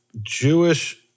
Jewish